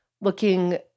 looking